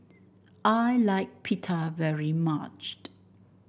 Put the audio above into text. I like Pita very much